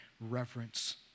reverence